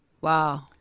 Wow